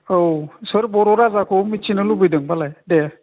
औ सोर बर' राजाखौ मिनथिनो लुबैदों फालाय दे